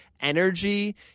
energy